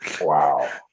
Wow